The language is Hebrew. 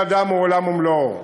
כל אדם הוא עולם ומלואו.